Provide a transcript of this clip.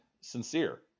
sincere